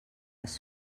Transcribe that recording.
les